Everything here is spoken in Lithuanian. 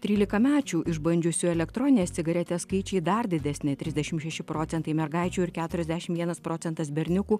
trylikamečių išbandžiusių elektronines cigaretes skaičiai dar didesni trisdešim šeši procentai mergaičių ir keturiasdešim vienas procentas berniukų